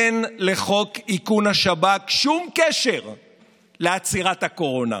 אין לחוק איכון השב"כ שום קשר לעצירת הקורונה,